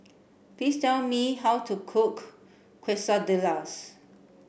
please tell me how to cook Quesadillas